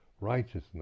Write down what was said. righteousness